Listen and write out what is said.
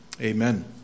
Amen